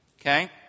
okay